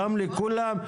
גם לכולם,